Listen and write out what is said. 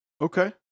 Okay